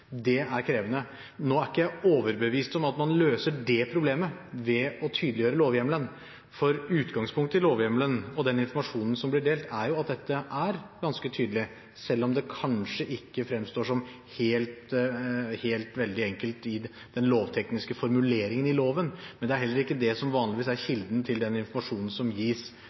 Det er krevende. Nå er ikke jeg overbevist om at man løser det problemet ved å tydeliggjøre lovhjemmelen, for utgangspunktet i lovhjemmelen og den informasjonen som blir delt, er at dette er ganske tydelig, selv om det kanskje ikke fremstår som helt enkelt i den lovtekniske formuleringen i loven. Men det er heller ikke det som vanligvis er kilden til den informasjonen som gis